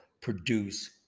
produce